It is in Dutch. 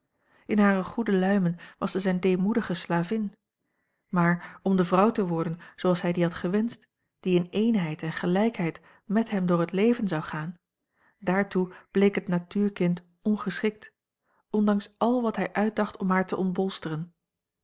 luimen was zij zijne deemoedige slavin maar om de vrouw te worden zooals hij die had gewenscht die in eenheid en gelijkheid met hem door het leven zou gaan daartoe bleek het natuurkind ongeschikt ondanks al wat hij uitdacht om haar te